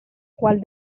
cual